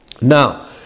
Now